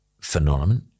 phenomenon